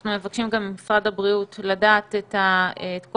אנחנו מבקשים גם ממשרד הבריאות לדעת את כל